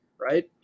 right